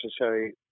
necessary